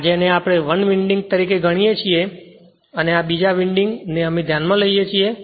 આ જેને આપણે 1 વિન્ડિંગ તરીકે ગણીએ છીએ અને આ બીજા વિન્ડિંગને અમે ધ્યાનમાં લઈએ છીએ